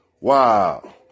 Wow